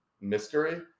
mystery